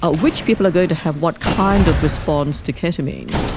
ah which people are going to have what kind of response to ketamine.